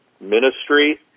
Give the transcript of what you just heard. ministry